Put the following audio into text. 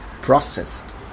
processed